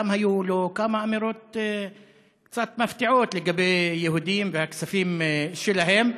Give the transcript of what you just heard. גם היו לו כמה אמירות קצת מפתיעות לגבי יהודים והכספים שלהם,